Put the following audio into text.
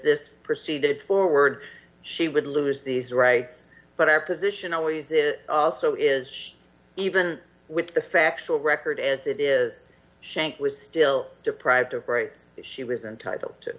this proceeded forward she would lose these rights but our position always also is even with the factual record as it is shank was still deprived of rights that she was entitled to